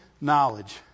knowledge